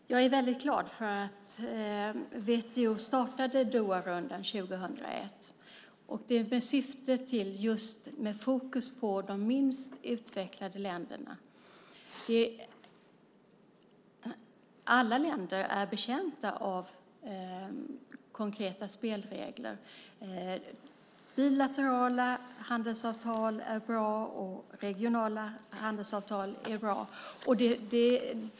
Fru talman! Jag är väldigt glad för att WTO startade Doharundan år 2001. Syftet var att ha fokus på de minst utvecklade länderna. Alla länder är betjänta av konkreta spelregler. Bilaterala handelsavtal är bra, och regionala handelsavtal är bra.